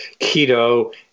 keto